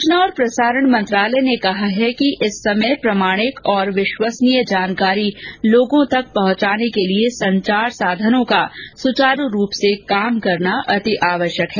सूचना और प्रसारण मंत्रालय ने कहा है कि इस समय प्रामाणिक और विश्वसनीय जानकारी लोगों तक पहुंचाने के लिए संचार साधनों का सुचारू रूप से काम करना अति आवश्यक है